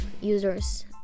users